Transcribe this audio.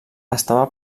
estava